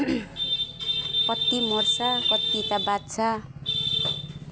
कति मर्छ कति त बाँच्छ